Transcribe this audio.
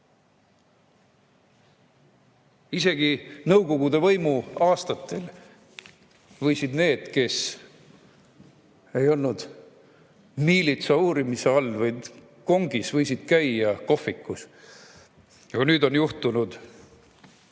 Isegi Nõukogude võimu aastatel võisid need, kes ei olnud miilitsa uurimise all või kongis, käia kohvikus. Aga nüüd on juhtunud